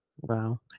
Wow